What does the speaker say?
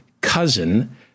Cousin